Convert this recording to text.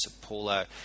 Paulo